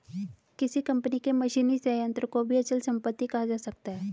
किसी कंपनी के मशीनी संयंत्र को भी अचल संपत्ति कहा जा सकता है